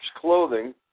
clothing